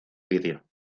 vídeo